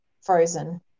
frozen